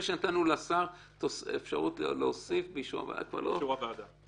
שנתנו לשר אפשרות להוסיף באישור הוועדה.